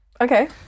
okay